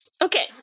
Okay